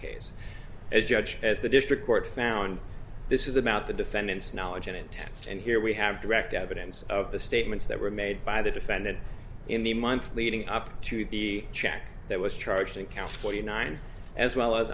case as judge as the district court found this is about the defendant's knowledge in it and here we have direct evidence of the statements that were made by the defendant in the months leading up to the check that was charged in count forty nine as well as